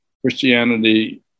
Christianity